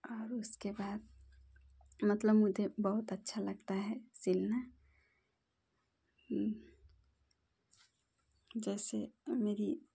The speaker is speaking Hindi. और उसके बाद मतलब मुझे बहुत अच्छा लगता है सिलना जैसे मेरी